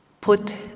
put